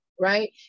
right